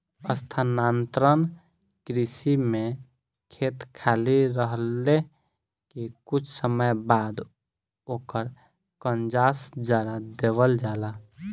स्थानांतरण कृषि में खेत खाली रहले के कुछ समय बाद ओकर कंजास जरा देवल जाला